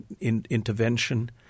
intervention